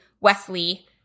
Wesley